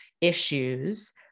issues